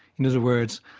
in other words,